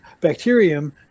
bacterium